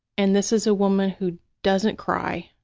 and this is a woman who doesn't cry,